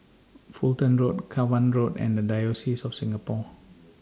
Fulton Road Cavan Road and The Diocese of Singapore